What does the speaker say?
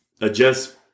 adjust